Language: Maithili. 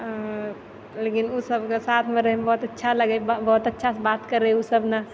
लेकिन उसबके साथमे रहैमे बहुत अच्छा लागै बहुत अच्छासँ बात करै उसब न